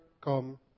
come